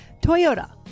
Toyota